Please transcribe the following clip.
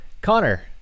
connor